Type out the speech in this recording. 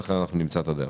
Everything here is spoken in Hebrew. ולכן אנחנו נמצא את הדרך.